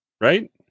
right